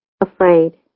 afraid